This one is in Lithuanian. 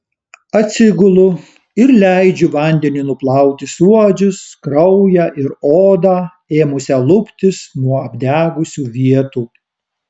atsigulu ir leidžiu vandeniui nuplauti suodžius kraują ir odą ėmusią luptis nuo apdegusių vietų